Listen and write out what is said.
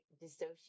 dissociate